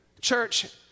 church